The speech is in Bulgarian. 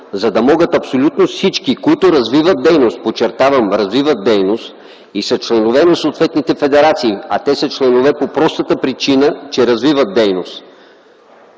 за да могат абсолютно всички, които развиват дейност, подчертавам – развиват дейност, и са членове на съответните федерации, а те са членове по простата причина, че развиват дейност,